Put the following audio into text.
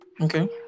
okay